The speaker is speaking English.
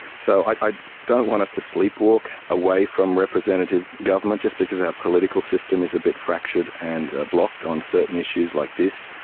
so i don't want us to sleepwalk away from representative government just because our political system is a bit fractured and blocked on certain issues like this.